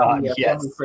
yes